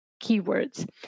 keywords